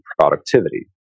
productivity